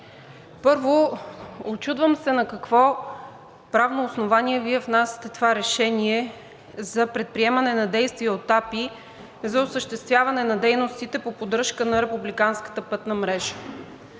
Първо, учудвам се на какво правно основание Вие внасяте това решение за предприемане на действия от АПИ за осъществяване на дейностите по поддръжка на